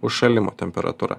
užšalimo temperatūra